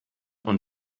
und